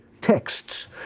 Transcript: texts